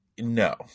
no